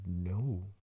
No